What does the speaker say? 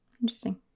Interesting